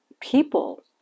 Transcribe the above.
people